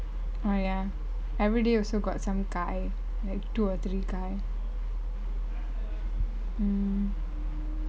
oh ya everyday also got some காய்:kaai like two or three காய்:kaai